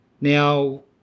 Now